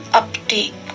uptake